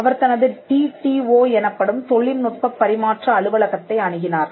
அவர் தனது டிடிஓ எனப்படும் தொழில்நுட்பப் பரிமாற்ற அலுவலகத்தை அணுகினார்